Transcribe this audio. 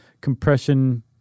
compression